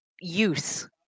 use